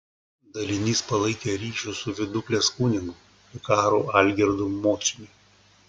dalinys palaikė ryšius su viduklės kunigu vikaru algirdu mociumi